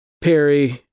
Perry